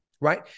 right